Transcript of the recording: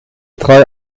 drei